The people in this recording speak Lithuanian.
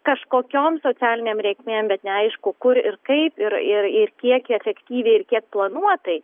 kažkokiom socialinėm reikmėm bet neaišku kur ir kaip ir ir ir kiek efektyviai ir kiek planuotai